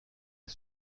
est